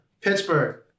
Pittsburgh